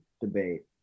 debate